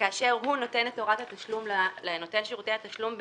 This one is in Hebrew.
שכאשר הוא נותן את הוראת התשלום לנותן שירותי התשלום במישרין,